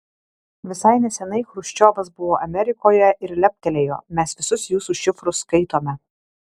visai neseniai chruščiovas buvo amerikoje ir leptelėjo mes visus jūsų šifrus skaitome